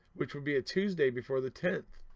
which would be a tuesday before the tenth.